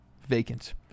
Vacant